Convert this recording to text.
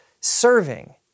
serving